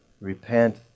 repent